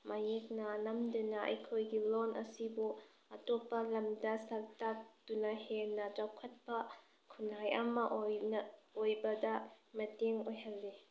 ꯃꯌꯦꯛꯅ ꯅꯝꯗꯨꯅ ꯑꯩꯈꯣꯏꯒꯤ ꯂꯣꯟ ꯑꯁꯤꯕꯨ ꯑꯇꯣꯞꯄ ꯂꯝꯗ ꯁꯛ ꯇꯥꯛꯇꯨꯅ ꯍꯦꯟꯅ ꯆꯥꯎꯈꯠꯄ ꯈꯨꯟꯅꯥꯏ ꯑꯃ ꯑꯣꯏꯅ ꯑꯣꯏꯕꯗ ꯃꯇꯦꯡ ꯑꯣꯏꯍꯜꯂꯤ